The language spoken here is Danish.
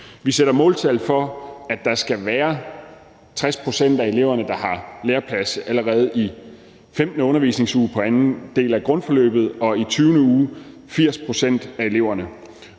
Vi sætter måltal for, at der skal være 60 pct. af eleverne, der har en læreplads allerede i 15. undervisningsuge på anden del af grundforløbet, og i 20. uge skal det være